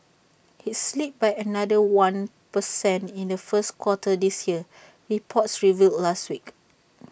IT slipped by another one per cent in the first quarter this year reports revealed last week